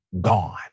gone